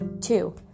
Two